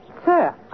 Sir